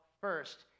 first